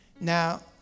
Now